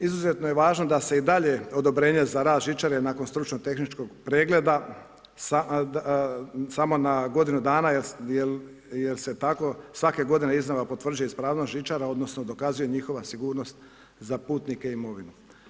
Izuzetno je važno da se i dalje odobrenje za rad žičare nakon stručno tehničkog pregleda samo na godinu dana, jer se tako svake godine iznova potvrđuje ispravnog žičara, odnosno dokazuje njihova sigurnost za putnike i imovinu.